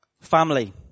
family